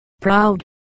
Proud